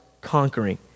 conquering